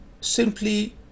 simply